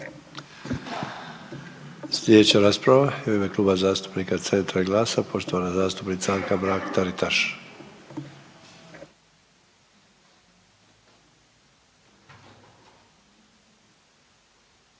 Sljedeća rasprava je u ime Kluba zastupnika IDS-a poštovana zastupnica Katarina